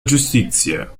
giustizia